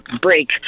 break